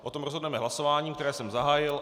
O tom rozhodneme hlasováním, které jsem zahájil.